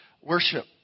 worship